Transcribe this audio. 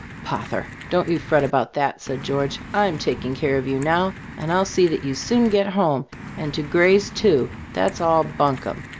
pother! don't you fret about that! said george. i'm taking care of you now, and i'll see that you soon get home and to grays', too that's all buncombe.